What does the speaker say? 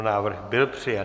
Návrh byl přijat.